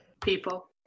People